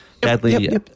Badly